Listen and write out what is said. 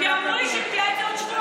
כי אמרו לי שהיא מביאה את זה בעוד שבועיים.